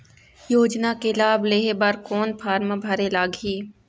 योजना के लाभ लेहे बर कोन फार्म भरे लगही?